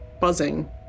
buzzing